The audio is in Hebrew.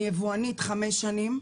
אני יבואנית חמש שנים.